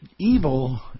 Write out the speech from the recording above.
evil